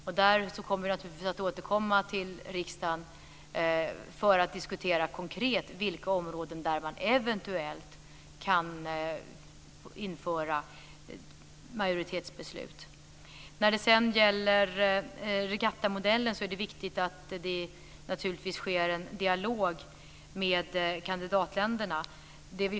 Vi kommer att återkomma till riksdagen för att diskutera konkret på vilka områden man eventuellt kan införa majoritetsbeslut. När det gäller regattamodellen är det viktigt att det sker en dialog med kandidatländerna.